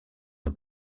the